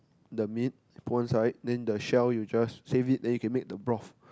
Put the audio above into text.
the meat put one side then the shell you just save it then you can make the broth